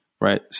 right